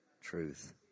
Truth